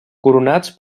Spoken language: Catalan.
coronats